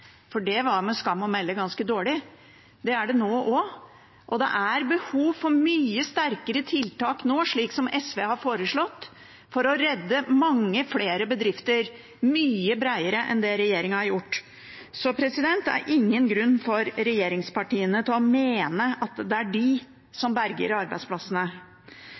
var med skam å melde ganske dårlige. Det er de nå også, og det er behov for mye sterkere tiltak nå, som SV har foreslått, for å redde mange flere bedrifter mye bredere enn det regjeringen har gjort. Så det er ingen grunn for regjeringspartiene til å mene at det er de som berger arbeidsplassene. SV foreslår også store satsinger for å skape nye arbeidsplasser, bl.a. i